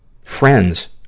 friends